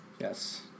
Yes